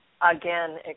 Again